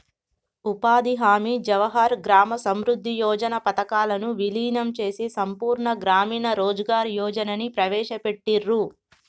ఉపాధి హామీ, జవహర్ గ్రామ సమృద్ధి యోజన పథకాలను వీలీనం చేసి సంపూర్ణ గ్రామీణ రోజ్గార్ యోజనని ప్రవేశపెట్టిర్రు